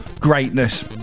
greatness